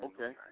Okay